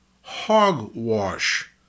hogwash